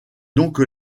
donc